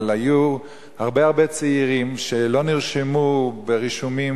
אבל היו הרבה הרבה צעירים שלא נרשמו ברישומים